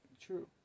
True